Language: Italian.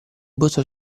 buttò